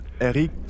Eric